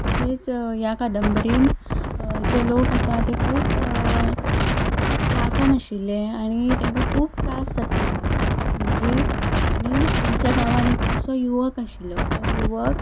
तशेंच ह्या कादंबरींत जे लोक आसा ते खूब त्रासान आशिल्ले आनी तेंकां खूब त्रास जाताले म्हणजे आनी तेंच्या गांवान असो युवक आशिल्लो तो युवक